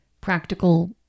practical